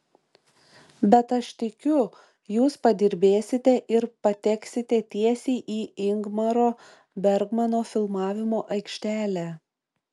bet aš tikiu jūs padirbėsite ir pateksite tiesiai į ingmaro bergmano filmavimo aikštelę